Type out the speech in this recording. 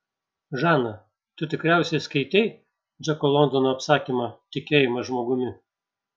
žana tu tikriausiai skaitei džeko londono apsakymą tikėjimas žmogumi